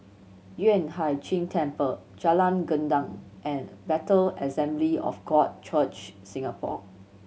Yueh Hai Ching Temple Jalan Gendang and Bethel Assembly of God Church Singapore